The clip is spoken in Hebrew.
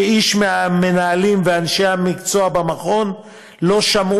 שאיש מהמנהלים ואנשי המקצוע במכון לא שמע